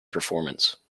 performance